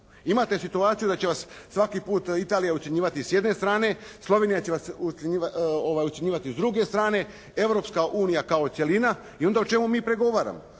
Imate situaciju da će vas svaki put Italija ucjenjivati s jedne strane. Slovenija će vas ucjenjivati s druge strane. Europska unija kao cjelina. I onda o čemu mi pregovaramo?